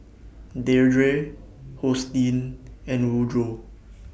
Deirdre Hosteen and Woodroe